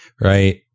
right